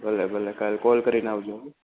ભલે ભલે કાલે કોલ કરીને આવજો હો